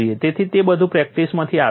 તેથી તે બધું પ્રેક્ટિસમાંથી આવે છે